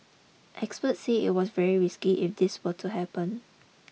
experts say it was very risky if this were to happen